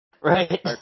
Right